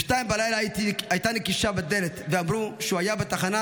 ב-02:00 הייתה נקישה בדלת ואמרו שהוא היה בתחנה,